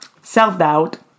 Self-doubt